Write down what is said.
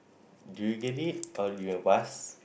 do you get it or you'll pass